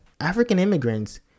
African-immigrants